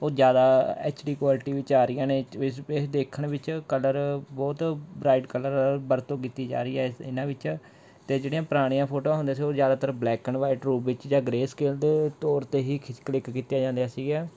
ਉਹ ਜ਼ਿਆਦਾ H D quality ਵਿੱਚ ਆ ਰਹੀਆਂ ਨੇ ਇਸ ਇਹ ਦੇਖਣ ਵਿੱਚ ਕਲਰ ਬਹੁਤ ਬਰਾਈਟ ਕਲਰ ਵਰਤੋਂ ਕੀਤੀ ਜਾ ਰਹੀ ਹੈ ਇਸ ਇਹਨਾਂ ਵਿੱਚ ਅਤੇ ਜਿਹੜੀਆਂ ਪੁਰਾਣੀਆਂ ਫੋਟੋਆਂ ਹੁੰਦੀਆਂ ਸੀ ਉਹ ਜ਼ਿਆਦਾਤਰ ਬਲੈਕ ਐਡ ਵਾਈਟ ਰੂਪ ਵਿੱਚ ਜਾਂ ਗ੍ਰੇਅ ਸਕੇਲ ਦੇ ਤੌਰ 'ਤੇ ਹੀ ਖਿੱਚ ਕਲਿੱਕ ਕੀਤੀਆਂ ਜਾਂਦੀਆਂ ਸੀਗੀਆ